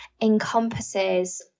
encompasses